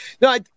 No